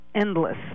endless